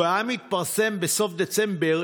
אילו היה מתפרסם בסוף דצמבר,